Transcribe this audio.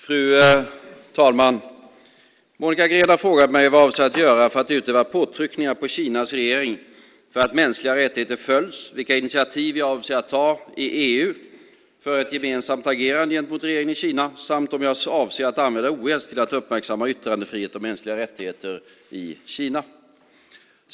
Fru talman! Monica Green har frågat mig vad jag avser att göra för att utöva påtryckningar på Kinas regering för att mänskliga rättigheter följs, vilka initiativ jag avser att ta i EU för ett gemensamt agerande gentemot regeringen i Kina samt om jag avser att använda OS till att uppmärksamma yttrandefrihet och mänskliga rättigheter i Kina.